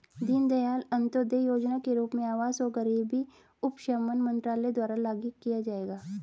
दीनदयाल अंत्योदय योजना के रूप में आवास और गरीबी उपशमन मंत्रालय द्वारा लागू किया जाएगा